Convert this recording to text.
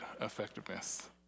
effectiveness